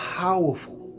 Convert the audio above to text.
powerful